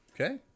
Okay